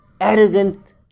arrogant